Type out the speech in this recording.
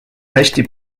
hästi